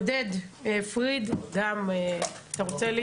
עודד פריד אתה רוצה?